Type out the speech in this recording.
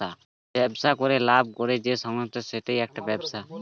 ব্যবসা করে লাভ করে যেই সংস্থা সেইটা একটি ব্যবসা